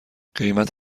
قیمت